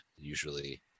usually